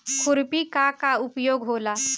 खुरपी का का उपयोग होला?